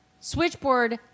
Switchboard